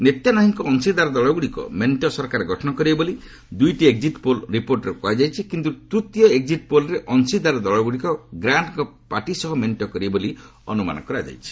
ନେତାନନ୍ୟାହ୍କଙ୍କ ଅଂଶିଦାର ଦଳଗୁଡ଼ିକ ମେଣ୍ଟ ସରକାର ଗଠନ କରିବେ ବୋଲି ଦୁଇଟି ଏକ୍ଜିଟ୍ ପୋଲ୍ ରିପୋର୍ଟରେ କୁହାଯାଇଛି କିନ୍ତୁ ତୃତୀୟ ଏକ୍ଜିଟ୍ ପୋଲ୍ରେ ଅଂଶିଦାର ଦଳଗୁଡ଼ିକ ଗ୍ରାଷ୍ଟଙ୍କ ପାର୍ଟି ସହ ମେଣ୍ଟ କରିବେ ବୋଲି ଅନୁମାନ କରାଯାଇଛି